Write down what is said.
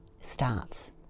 starts